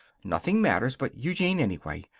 nothing matters but eugene, anyway.